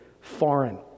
foreign